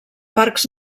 parcs